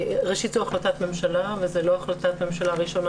ראשית זו החלטת ממשלה וזו לא החלטת ממשלה ראשונה